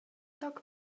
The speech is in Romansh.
toc